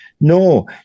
No